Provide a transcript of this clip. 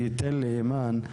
אני אתן לאימאן,